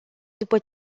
după